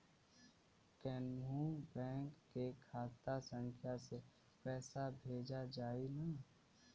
कौन्हू बैंक के खाता संख्या से पैसा भेजा जाई न?